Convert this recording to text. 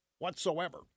Whatsoever